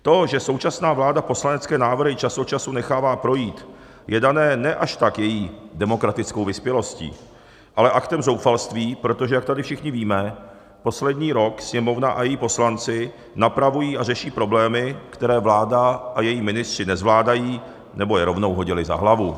To, že současná vláda poslanecké návrhy čas od času nechává projít, je dáno ne až tak její demokratickou vyspělostí, ale aktem zoufalství, protože jak tady všichni víme, poslední rok Sněmovna a její poslanci napravují a řeší problémy, které vláda a její ministři nezvládají nebo je rovnou hodili za hlavu.